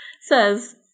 says